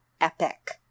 epic